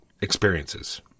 experiences